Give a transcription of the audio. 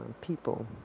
people